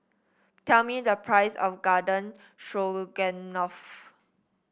tell me the price of Garden Stroganoff